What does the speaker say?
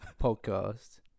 podcast